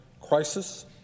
crisis